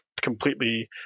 completely